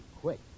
quick